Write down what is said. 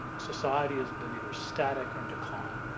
society has been either static or in decline.